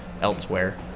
elsewhere